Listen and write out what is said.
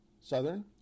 Southern